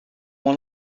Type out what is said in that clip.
one